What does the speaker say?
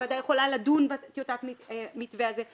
הוועדה יכולה לדון בטיוטת המתווה הזה,